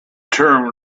term